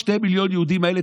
שני מיליון היהודים האלה,